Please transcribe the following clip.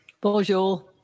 Bonjour